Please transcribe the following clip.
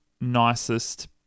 nicest